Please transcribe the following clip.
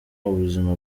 ubuzima